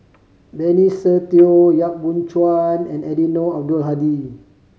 Benny Se Teo Yap Boon Chuan and Eddino Abdul Hadi